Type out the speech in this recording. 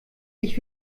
ich